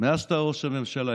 מאז שאתה ראש הממשלה.